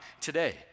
today